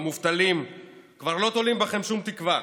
המובטלים כבר לא תולים בכם שום תקווה.